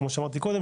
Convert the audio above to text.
כמו שאמרתי קודם,